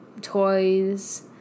toys